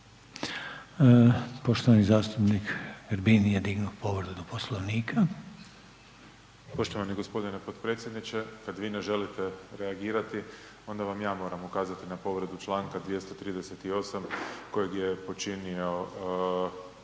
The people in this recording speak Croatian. Poštovani zastupniče Grbin je dignuo povredu Poslovnika. **Grbin, Peđa (SDP)** Poštovani g. potpredsjedniče. Kad vi ne želite reagirati, onda vam ja moram ukazati na povredu čl. 238. kojeg je počinio,